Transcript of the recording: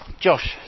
Josh